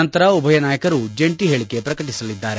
ನಂತರ ಉಭಯ ನಾಯಕರು ಜಂಟಿ ಹೇಳಿಕೆ ಪ್ರಕಟಿಸಲಿದ್ದಾರೆ